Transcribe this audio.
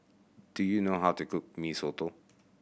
do you know how to cook Mee Soto